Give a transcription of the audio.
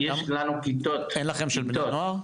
יש לנו כיתות --- אין לכם של בני נוער?